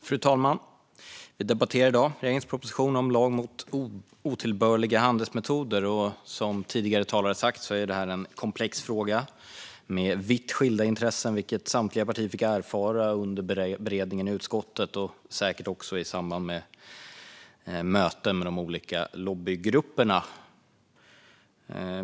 Fru talman! Vi debatterar i dag regeringens proposition om en lag mot otillbörliga handelsmetoder. Som tidigare talare har sagt är detta en komplex fråga med vitt skilda intressen, vilket samtliga partier fick erfara under beredningen i utskottet - och säkert också i samband med möten med de olika lobbygrupperna.